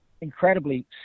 incredibly